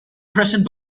present